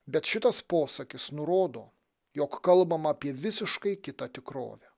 bet šitas posakis nurodo jog kalbama apie visiškai kitą tikrovę